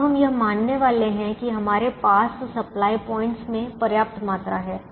अब हम यह मानने वाले हैं कि हमारे पास सप्लाय पॉइंटस में पर्याप्त मात्रा है